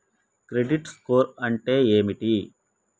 Credit score అంటే ఏమిటి?